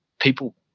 people